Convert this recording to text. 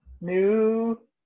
new